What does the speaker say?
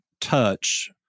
touch